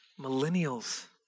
Millennials